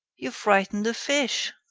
you frighten the fish.